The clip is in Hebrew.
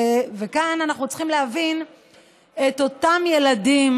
וכאן אנחנו צריכים להבין את אותם ילדים,